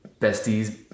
besties